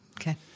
Okay